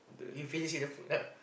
you finish the food ah